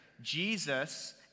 Jesus